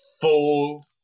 full